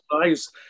nice